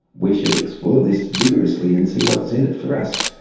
we should explore this vigorously and see what's in it for us.